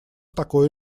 такое